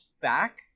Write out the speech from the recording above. back